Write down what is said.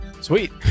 Sweet